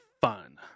fun